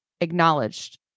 acknowledged